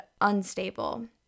unstable